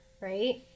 right